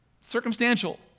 circumstantial